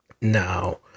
Now